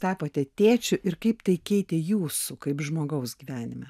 tapote tėčiu ir kaip tai keitė jūsų kaip žmogaus gyvenimą